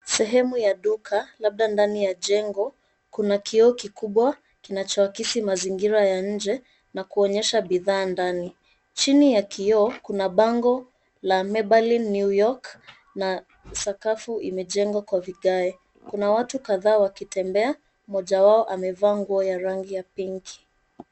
Sehemu ya duka labda ndani ya jengo, kuna kioo kikubwa kinachoakisi mazingira ya nje na kuonyesha bidhaa ndani. Chini ya kioo, kuna bango la "Mebaline New York" na sakafu imejengwa kwa vigae. Kuna watu kadhaa wakitembea, mmoja wao amevaa nguo ya rangi ya pink .